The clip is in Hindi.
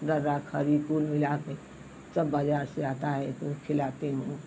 दरा खरी कुल मिला कर सब बाज़ार से आता है तो खिलाती हूँ